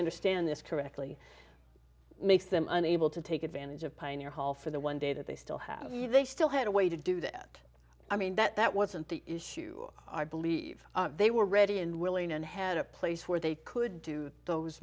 understand this correctly makes them unable to take advantage of pioneer hall for the one day that they still have they still had a way to do that i mean that wasn't the issue i believe they were ready and willing and had a place where they could do those